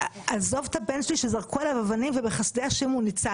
עזוב את הבן שלי שזרקו עליו אבנים ובחסדי השם הוא ניצל,